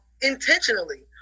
intentionally